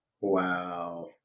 Wow